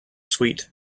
sweet